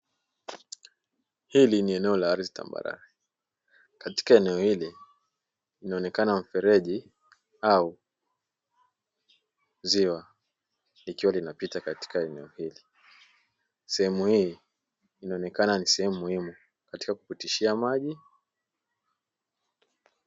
Hili ni eneo la ardhi tambarare. Katika eneo hili unaonekana mfereji au ziwa likiwa linapita katika eneo hili. Sehemu hii inaonekana ni sehemu muhimu katika kupitishia maji.